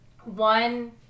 One